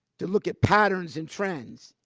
to look at patterns and trends.